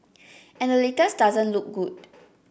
and the latest doesn't look good